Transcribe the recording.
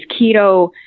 keto